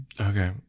Okay